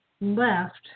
Left